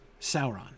Sauron